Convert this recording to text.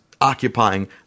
Occupying